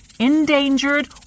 Endangered